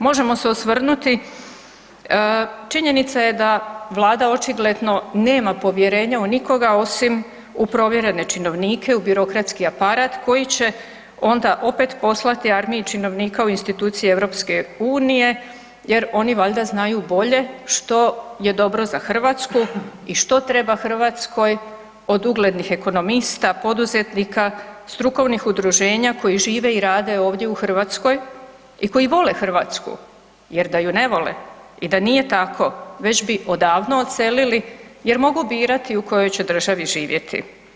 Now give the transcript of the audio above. Možemo se osvrnuti, činjenica je da Vlada očigledno nema povjerenja u nikoga, osim u provjerene činovnike, u birokratski aparat koji će onda opet postali armiji činovnika u institucije EU jer oni valjda znaju bolje što je dobro za Hrvatsku i što treba Hrvatskoj od uglednih ekonomista, poduzetnika, strukovnih udruženja koji žive i rade ovdje u Hrvatskoj i koji vole Hrvatsku jer da ju ne vole i da nije tako, već bi odavno odselili jer mogu birati u kojoj će državi živjeti.